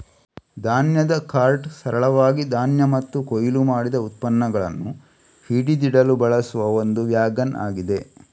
ಧಾನ್ಯದ ಕಾರ್ಟ್ ಸರಳವಾಗಿ ಧಾನ್ಯ ಮತ್ತು ಕೊಯ್ಲು ಮಾಡಿದ ಉತ್ಪನ್ನಗಳನ್ನ ಹಿಡಿದಿಡಲು ಬಳಸುವ ಒಂದು ವ್ಯಾಗನ್ ಆಗಿದೆ